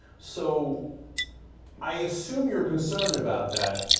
so i assume you are concerned about that.